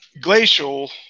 glacial